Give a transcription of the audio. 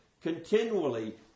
continually